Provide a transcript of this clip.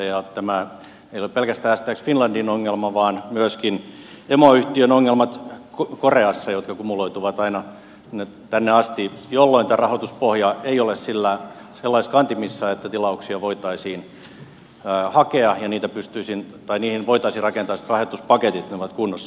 tämä ei ole pelkästään stx finlandin ongelma vaan myöskin emoyhtiön ongelmat koreassa kumuloituvat aina tänne asti jolloin tämä rahoituspohja ei ole sellaisissa kantimissa että tilauksia voitaisiin hakea ja niihin voitaisiin rakentaa sellaiset rahoituspaketit että ne olisivat kunnossa